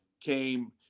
came